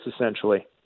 essentially